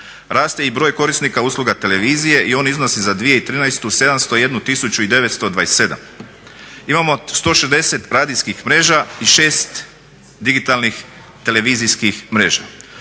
Raste i broj korisnika usluga televizije i on iznosi za 2013. 701 tisuću i 927. Imamo 160 radijskih mreža i 6 digitalnih televizijskih mreža.